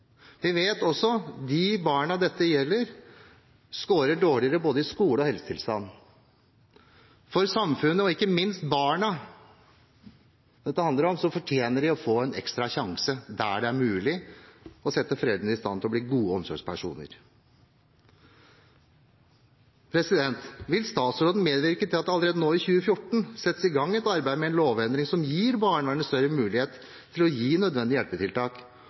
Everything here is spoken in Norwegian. Vi vet også at de barna dette gjelder, scorer dårligere når det gjelder både skole og helsetilstand. Barna det handler om, fortjener å få en ekstra sjanse, ved at man, der det er mulig, setter foreldrene i stand til å bli gode omsorgspersoner. Vil statsråden medvirke til at det allerede nå i 2014 settes i gang et arbeid med en lovendring som gir barnevernet større mulighet til å gi nødvendige hjelpetiltak